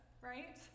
right